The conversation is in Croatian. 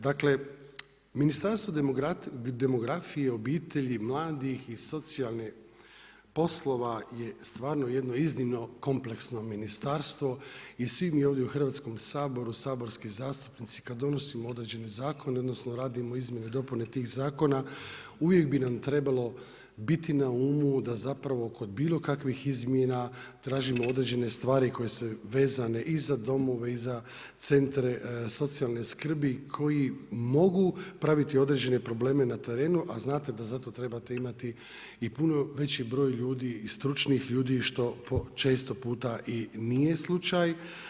Dakle, Ministarstvo demografije, obitelji, mladih i socijalnih poslova je stvarno jedno iznimno kompleksno ministarstvo i svi mi ovdje u Hrvatskom saboru, saborski zastupnici kad donosimo određene zakone, odnosno radimo izmjene i dopune tih zakona uvijek bi nam trebalo biti na umu da zapravo kod bilo kakvih izmjena tražimo određene stvari koje su vezane i za domove i za centre socijalne skrbi koji mogu praviti određene probleme na terenu, a znate da za to trebate imati i puno veći broj ljudi i stručnih ljudi što često puta i nije slučaj.